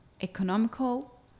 economical